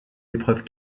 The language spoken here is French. épreuves